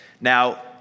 Now